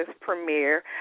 premiere